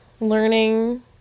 learning